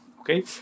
Okay